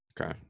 Okay